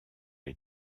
est